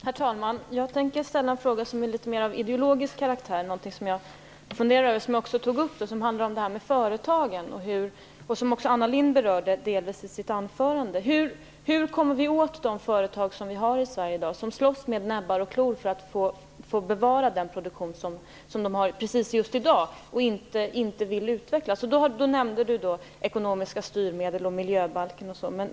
Herr talman! Jag tänker ställa en fråga som är av litet mer ideologisk karaktär. Det är något som jag har funderat över och som jag också har tagit upp. Det handlar om företagen. Även Anna Lindh berörde delvis detta i sitt anförande. Hur kommer vi åt de företag som vi har i Sverige i dag och som slåss med näbbar och klor för att få bevara den produktion som de har just i dag och som de inte vill utveckla? Miljöministern nämnde ekonomiska styrmedel, miljöbalken, osv.